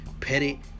petty